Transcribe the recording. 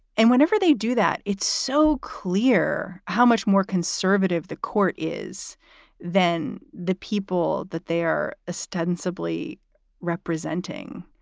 and whenever they do that, it's so clear how much more conservative the court is than the people that they're ah studied simply representing.